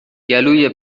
گلوی